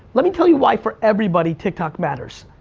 let me tell you why, for everybody, tiktok matters.